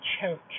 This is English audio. church